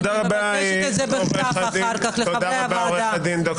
תודה רבה, עו"ד ד"ר גיל